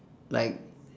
like